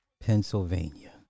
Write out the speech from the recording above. Pennsylvania